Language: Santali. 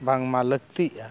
ᱵᱟᱝᱢᱟ ᱞᱟᱹᱠᱛᱤᱜᱼᱟ